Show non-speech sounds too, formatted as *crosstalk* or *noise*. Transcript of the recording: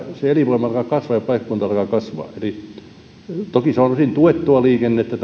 elinvoima alkaa kasvaa ja paikkakunnat alkavat kasvaa toki on osin tuettua liikennettä *unintelligible*